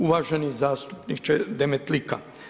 Uvaženi zastupniče Demetlika.